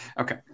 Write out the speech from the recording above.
Okay